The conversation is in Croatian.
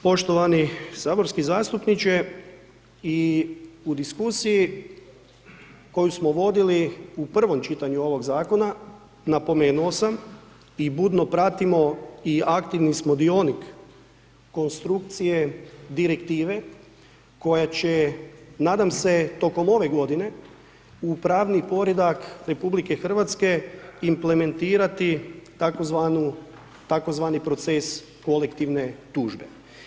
Poštovani saborski zastupniče, i u diskusiji koju smo vodili u prvom čitanju ovog zakona, napomenuo sam i budno pratimo i aktivni smo dionik konstrukcije direktive koja će nadam se tokom ove godine u pravni poredak RH implementirati tzv. proces kolektivne tužbe.